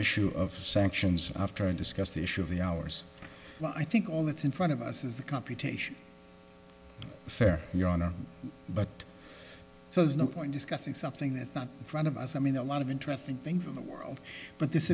issue of sanctions after and discuss the issue of the hours i think all that's in front of us is the computation fair your honor but so there's no point discussing something that's not front of us i mean a lot of interesting things in the world but this